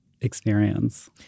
experience